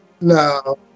no